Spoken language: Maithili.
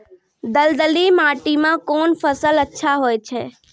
दलदली माटी म कोन फसल अच्छा होय छै?